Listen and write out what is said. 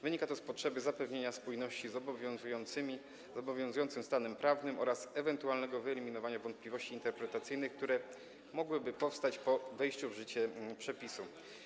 Wynika to z potrzeby zapewnienia spójności z obowiązującym stanem prawnym oraz ewentualnego wyeliminowania wątpliwości interpretacyjnych, które mogłyby powstać po wejściu w życie przepisu.